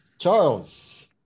Charles